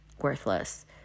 Worthless